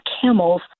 camels